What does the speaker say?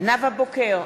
נאוה בוקר,